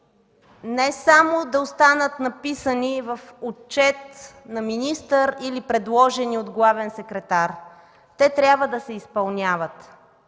не само да останат написани в отчет на министър или предложени от главен секретар. Те трябва да се изпълняват.